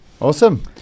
Awesome